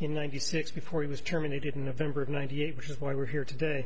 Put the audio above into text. in ninety six before he was terminated in november of ninety eight which is why we're here today